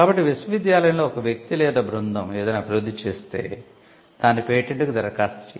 కాబట్టి విశ్వవిద్యాలయంలో ఒక వ్యక్తి లేదా బృందం ఏదైనా అభివృద్ధి చేస్తే దాని పేటెంట్ కు దరఖాస్తు చేయాలి